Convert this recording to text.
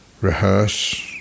rehearse